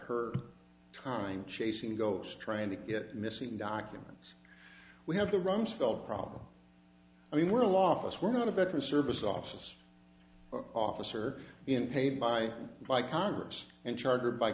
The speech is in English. her time chasing ghosts trying to get missing documents we have the rumsfeld problem i mean we're law office we're not a veteran service office officer in paid by by congress and chartered by